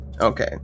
Okay